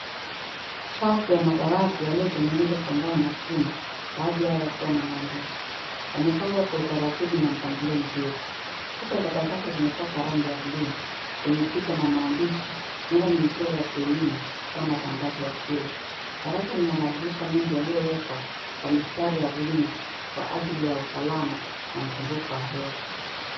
Safu ya madawati ya madawati yaliyotengenezwa kwa mbao na chuma baadhi yao yakiwa na maandishi. Yamepangwa kwa utaratibu na mpangilio mzuri. Kuta za darasa zimepakwa rangi ya buluu yenye picha na maandishi huenda ni michoro ya kielimu au matangazo ya shule. Darasa lina madirisha mengi yaliyowekwa kwa mistari ya vyuma kwa ajili ya usalama na mzunguko wa hewa.